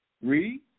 Read